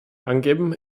angeben